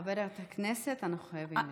חברת הכנסת, אנחנו חייבים לסיים.